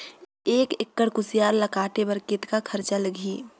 एक एकड़ कुसियार ल काटे बर कतेक खरचा लगही?